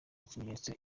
ikimenyetso